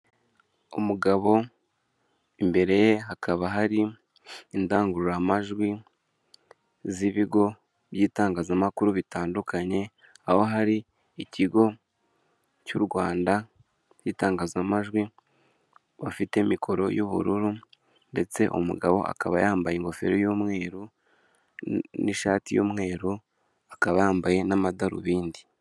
Umugabo imbere ye hakaba hari indangururamajwi z'ibigo by'itangazamakuru bitandukanye aho hari ikigo cy'urwanda n'itangazamajwi bafite mikoro y'ubururu ndetse umugabo akaba yambaye ingofero y'umweru n'ishati y'umweru akaba yambaye n'amadarubindi.